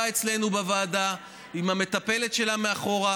אצלנו בוועדה עם המטפלת שלה מאחור,